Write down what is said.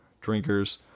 drinkers